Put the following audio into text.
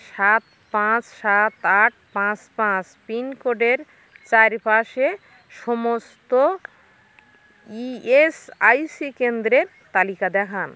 সাত পাঁচ সাত আট পাঁচ পাঁচ পিনকোডের চারপাশে সমস্ত ই এস আই সি কেন্দ্রের তালিকা দেখান